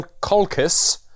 Colchis